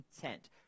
content